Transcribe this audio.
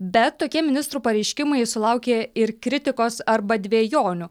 bet tokie ministrų pareiškimai sulaukė ir kritikos arba dvejonių